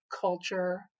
culture